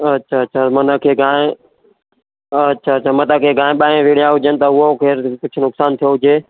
अछा अछा माना की गांइ अछा अछा मां तव्हांखे गांइ ॿांइ विड़िया हुजनि त कुझु नुक़सानु थियो हुजे